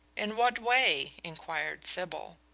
in what way? inquired sybil.